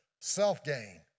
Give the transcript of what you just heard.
self-gain